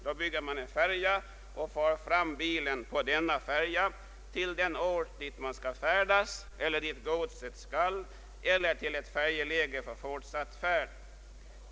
Då bygger man en färja och för fram bilen på denna till den ort dit man skall färdas eller dit godset skall eller till ett färjeläge för Ang. linjesjöfart på Gotland fortsatt färd.